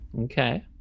okay